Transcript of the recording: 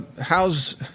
How's